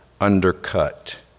undercut